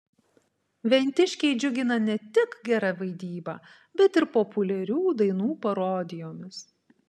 ventiškiai džiugina ne tik gera vaidyba bet ir populiarių dainų parodijomis